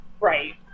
right